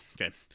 Okay